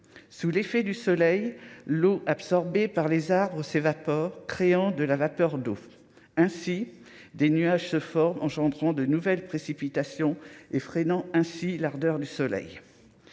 sous l'effet du soleil, l'eau absorbée par les arbres s'évapore, créant de la vapeur d'eau, ainsi des nuages se forment engendrant de nouvelles précipitations et freinant ainsi l'ardeur du soleil